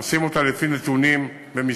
עושים אותה לפי נתונים ומספרים,